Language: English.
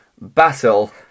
battle